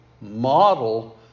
model